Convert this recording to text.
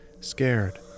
scared